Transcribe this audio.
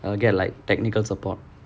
err get like technical support